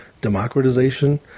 democratization